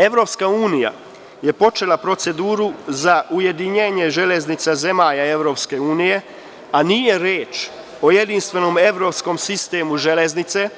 Evropska unija je počela proceduru za ujedinjenje železnica zemalja EU, a nije reč o jedinstvenom evropskom sistemu železnice,